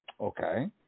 Okay